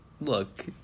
Look